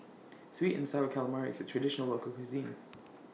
Sweet and Sour Calamari IS A Traditional Local Cuisine